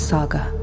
Saga